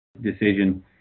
decision